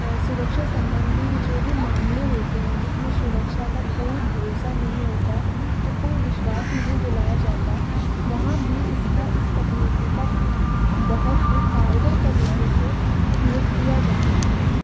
सुरक्षा सम्बन्धी जो भी मामले होते हैं जिसमें सुरक्षा का कोई भरोसा नहीं होता या कोई विश्वास नहीं दिलाया जाता वहाँ भी इसका इस तकनीकी का बहुत ही कारगर तरीके से उपयोग किया जा सकता है